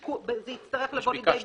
זה יצטרך לבוא לידי ביטוי,